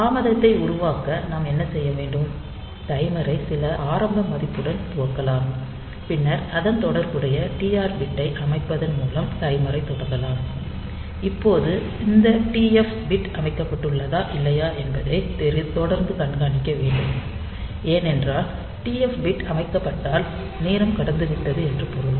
தாமதத்தை உருவாக்க நாம் என்ன செய்ய வேண்டும் டைமரை சில ஆரம்ப மதிப்புடன் துவக்கலாம் பின்னர் அதன் தொடர்புடைய டிஆர் பிட்டை அமைப்பதன் மூலம் டைமரைத் தொடங்கலாம் இப்போது இந்த டிஎஃப் பிட் அமைக்கப்பட்டுள்ளதா இல்லையா என்பதை தொடர்ந்து கண்காணிக்க வேண்டும் ஏனென்றால் டிஎஃப் பிட் அமைக்கப்பட்டால் நேரம் கடந்துவிட்டது என்று பொருள்